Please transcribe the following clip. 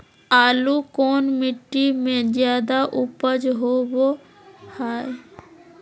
आलू कौन मिट्टी में जादा ऊपज होबो हाय?